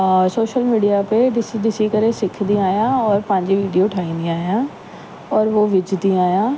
social media ते ॾिसी ॾिसी करे सिखंदी आहियां और पंहिंजी वीडियो ठाहींदी आहियां और उहो विझंदी आहियां